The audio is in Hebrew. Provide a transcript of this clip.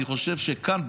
אני חושב שכאן,